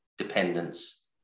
dependence